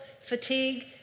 fatigue